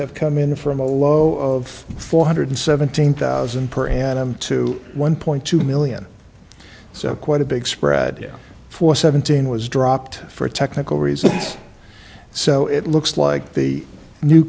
have come in from a low of four hundred seventeen thousand per annum to one point two million so quite a big spread for seventeen was dropped for technical reasons so it looks like the new